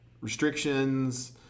restrictions